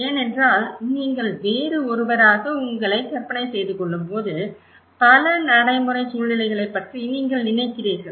ஏனென்றால் நீங்கள் வேறு ஒருவராக உங்களை கற்பனை செய்துகொள்ளும்போது பல நடைமுறை சூழ்நிலைகளைப் பற்றி நீங்கள் நினைக்கிறீர்கள்